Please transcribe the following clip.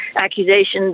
accusations